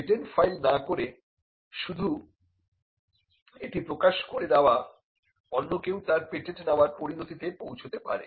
patent file না করে শুধু এটি প্রকাশ করে দেওয়া অন্য কেউ তার পেটেন্ট নেবার পরিণতিতে পৌঁছাতে পারে